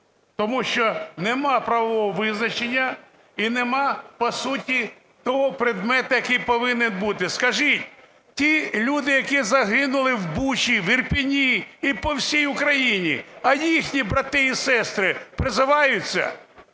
тому що немає правового визначення і немає, по суті, того предмету, який повинен бути. Скажіть, ті люди, які загинули в Бучі, в Ірпені і по всій Україні, а їхні брати і сестри призиваються?